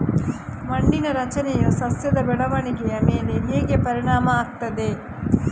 ಮಣ್ಣಿನ ರಚನೆಯು ಸಸ್ಯದ ಬೆಳವಣಿಗೆಯ ಮೇಲೆ ಹೇಗೆ ಪರಿಣಾಮ ಆಗ್ತದೆ?